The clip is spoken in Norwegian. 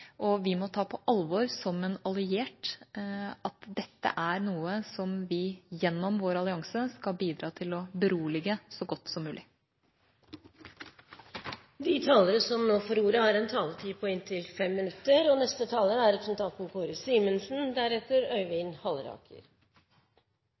og vi må ta på alvor som en alliert at dette er noe som vi gjennom vår allianse skal bidra til å berolige så godt som mulig. Takk til interpellanten som